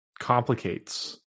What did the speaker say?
complicates